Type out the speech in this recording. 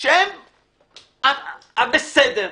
שהם בסדר,